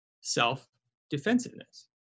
self-defensiveness